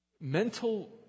mental